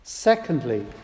Secondly